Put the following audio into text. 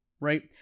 right